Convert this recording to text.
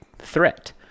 threat